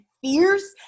fierce